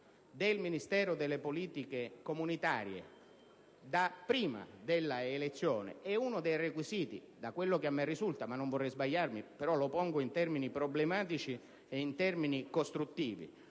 del Ministero delle politiche comunitarie da prima della elezione, e uno dei requisiti - da quel che mi risulta, ma non vorrei sbagliarmi, però lo pongo in termini problematici e costruttivi